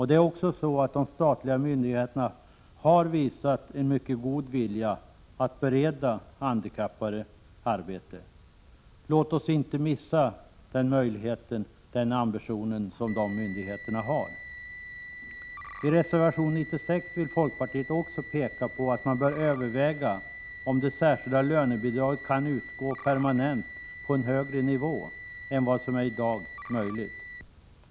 De statliga myndigheterna har också visat mycket god vilja att bereda de handikappade denna möjlighet. Låt oss inte minska på den ambitionen. I reservation 96 vill folkpartiet också peka på att man bör överväga om det särskilda lönebidraget kan utgå permanent på en högre nivå än vad som i dag är möjligt.